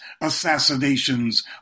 assassinations